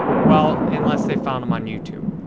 well, unless they found them on youtube.